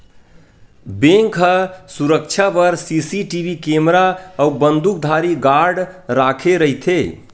bank ह सुरक्छा बर सीसीटीवी केमरा अउ बंदूकधारी गार्ड राखे रहिथे